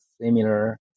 similar